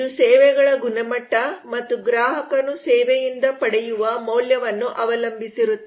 ಇದು ಸೇವೆಗಳ ಗುಣಮಟ್ಟ ಮತ್ತು ಗ್ರಾಹಕನು ಸೇವೆಯಿಂದ ಪಡೆಯುವ ಮೌಲ್ಯವನ್ನು ಅವಲಂಬಿಸಿರುತ್ತದೆ